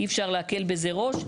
אי אפשר להקל בזה ראש.